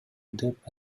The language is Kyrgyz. деп